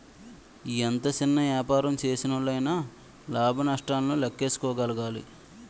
ఎంత సిన్న యాపారం సేసినోల్లయినా లాభ నష్టాలను లేక్కేసుకోగలగాలి